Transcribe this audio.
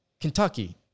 Kentucky